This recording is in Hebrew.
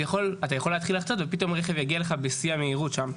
אז אתה יכול להתחיל לחצות ופתאום רכב יגיע אליך בשיא המהירות שם.